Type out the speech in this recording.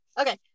Okay